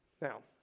Now